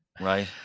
Right